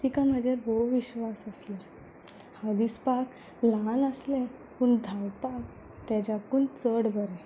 तिका म्हजेर भोव विश्वास आसलो हांव दिसपाक ल्हान आसलें पूण धांवपाक ताज्याकून चड बरें